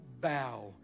bow